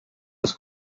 was